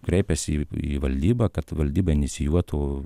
kreipėsi į valdybą kad valdyba inicijuotų